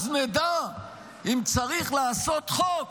אז נדע אם צריך לעשות חוק